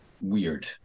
weird